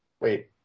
Wait